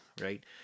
right